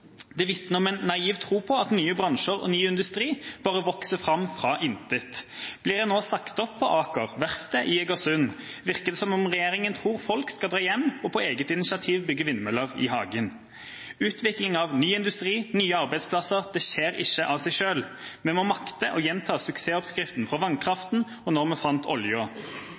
Det vitner om en naiv tro på at nye bransjer og ny industri bare vokser fram fra intet. Blir en nå sagt opp på Aker – verftet i Egersund – virker det som om regjeringa tror folk skal dra hjem og på eget initiativ bygge vindmøller i hagen. Utvikling av ny industri – nye arbeidsplasser – skjer ikke av seg selv. Vi må makte å gjenta suksessoppskriften fra vannkraften og fra da vi fant